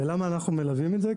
ולמה אנחנו מלווים את זה?